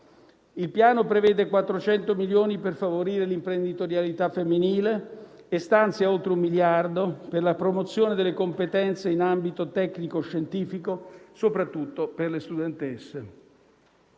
Il Piano prevede 400 milioni per favorire l'imprenditorialità femminile, e stanzia oltre un miliardo per la promozione delle competenze in ambito tecnico-scientifico, soprattutto per le studentesse.